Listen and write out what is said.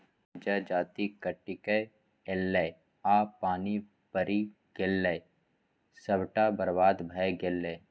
जजाति कटिकए ऐलै आ पानि पड़ि गेलै सभटा बरबाद भए गेलै